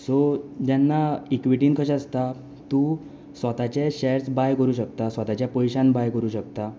so जेन्ना इक्विटीन कशे आसता तूं स्वताचे शेयर्स बाय करूं शकता स्वताच्या पयशान बाय करूं शकता